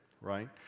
right